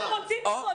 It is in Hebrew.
לא, הם רוצים לבוא.